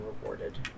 rewarded